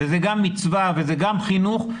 זאת גם מצווה וזה גם חינוך,